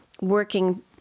working